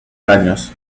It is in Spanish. daños